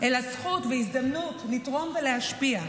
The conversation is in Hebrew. אלא זכות והזדמנות לתרום ולהשפיע.